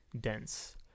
dense